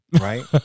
right